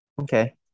Okay